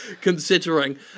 considering